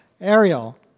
Ariel